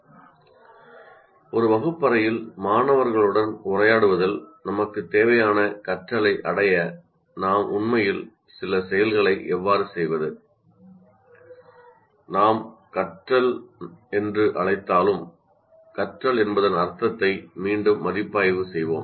நமக்கு தேவையான கற்றலை அடைய ஒரு வகுப்பறையில் மாணவர்களுடன் உரையாடுவதில் நாம் உண்மையில் சில செயல்களை எவ்வாறு செய்வது நாம் கற்றல் என்று அழைத்தாலும் கற்றல் என்பதன் அர்த்தத்தை மீண்டும் மதிப்பாய்வு செய்வோம்